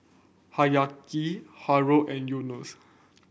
Haryati Haron and Yunos